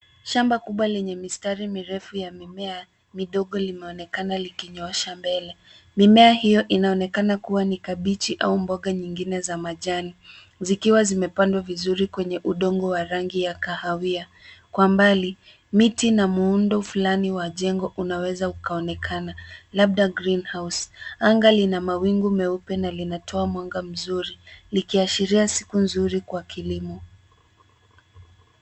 Shamba kubwa lenye mistari mirefu ya mimea midogo linaonekana likinyoosha mbele. Mimea hiyo inaonekana kuwa ni kabichi au mboga nyingine za majani, zikiwa zimepandwa vizuri kwenye udongo wa rangi ya kahawia. Kwa mbali, miti na muundo fulani wa jengo unaweza ukaonekana, labda (cs) greenhouse (cs). Anga lina mawingu meupe na linatoa mwanga mzuri, likiashiria siku nzuri kwa kilimo.